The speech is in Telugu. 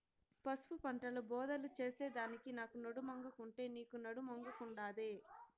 పసుపు పంటల బోదెలు చేసెదానికి నాకు నడుమొంగకుండే, నీకూ నడుమొంగకుండాదే